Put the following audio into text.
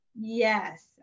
Yes